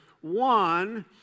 One